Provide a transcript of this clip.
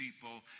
people